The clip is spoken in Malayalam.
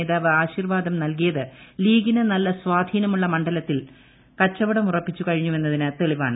നേതാവ് ആശീർവാദം നൽകിയത് ലീഗിന് നല്ല സ്വാധീനമുള്ള മണ്ഡലത്തിൽ കച്ചവട മുറപ്പിച്ചു കഴിഞ്ഞുവെന്നതിന് തെളിവാണ്